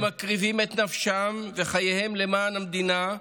הם מקריבים את נפשם וחייהם למען המדינה,